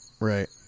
Right